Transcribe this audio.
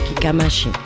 Kikamashi